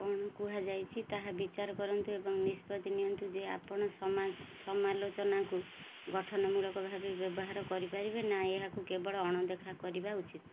କ'ଣ କୁହାଯାଇଛି ତାହା ବିଚାର କରନ୍ତୁ ଏବଂ ନିଷ୍ପତ୍ତି ନିଅନ୍ତୁ ଯେ ଆପଣ ସମାଜ ସମାଲୋଚନାକୁ ଗଠନମୂଳକ ଭାବେ ବ୍ୟବହାର କରିପାରିବେ ନା ଏହାକୁ କେବଳ ଅଣଦେଖା କରିବା ଉଚିତ